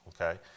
okay